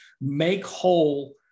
make-whole